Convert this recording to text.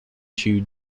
chew